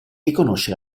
riconosce